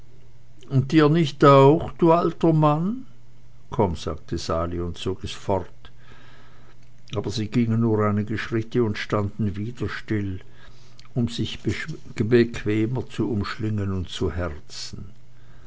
und dir nicht auch du alter mann komm sagte sali und zog es fort aber sie gingen nur einige schritte und standen wieder still um sich bequemer zu umschlingen und zu herzen